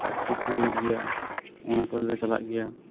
practice ᱠᱚ ᱦᱳᱭᱳᱜ ᱜᱮᱭᱟ ᱚᱱᱟ ᱠᱚᱨᱮᱞᱮ ᱪᱟᱞᱟᱜ ᱜᱮᱭᱟ